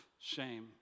shame